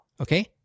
Okay